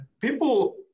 People